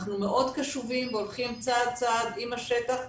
אנחנו מאוד קשובים והולכים צעד-צעד עם השטח,